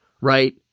right